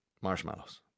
marshmallows